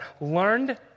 learned